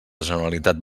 generalitat